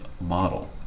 model